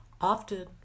often